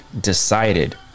decided